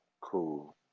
Cool